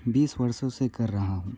बीस वर्षों से कर रहा हूँ